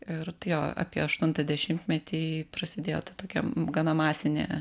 ir tai jo apie aštuntą dešimtmetį prasidėjo ta tokia gana masinė